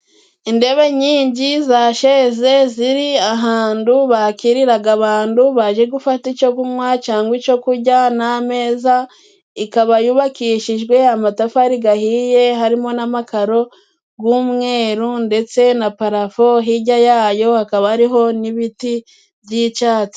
Indebe nyinji za sheze, ziri ahandu bakiriraga abandu baje gufata icyo kunywa cyangwa icyo kujya, n'ameza. Ikaba yubakishijwe amatafari gahiye, harimo n'amakaro g'umweru ndetse na parafo hijya yayo, hakaba hariho n'ibiti by'icatsi.